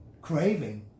craving